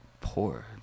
poor